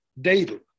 David